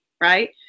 right